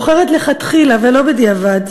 בוחרת לכתחילה, ולא בדיעבד,